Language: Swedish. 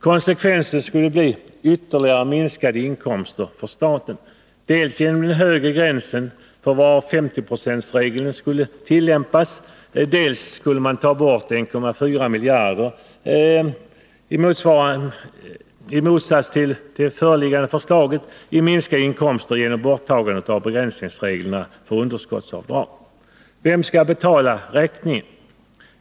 Konsekvensen skulle bli ytterligare minskade inkomster för staten, dels genom den "högre gränsen för var 50-procentsmarginalskatteregeln skulle tillämpas, dels 1,5 miljarder genom borttagandet av begränsningsregler för underskottsavdrag. Vem skulle då betala räkningen för skatteomläggningen?